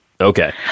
Okay